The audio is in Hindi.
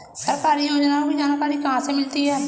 सरकारी योजनाओं की जानकारी कहाँ से मिलती है?